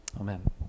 Amen